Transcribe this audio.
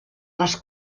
les